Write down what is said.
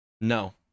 No